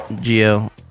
Geo